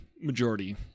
majority